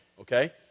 Okay